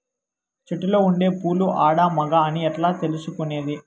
చెట్టులో ఉండే పూలు ఆడ, మగ అని ఎట్లా తెలుసుకునేది?